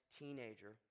teenager